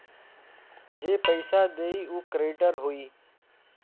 जे पइसा देई उ क्रेडिटर होई